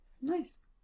Nice